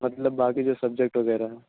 مطلب باقی جو سبجیکٹ وغیرہ ہیں